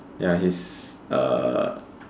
ya he's uh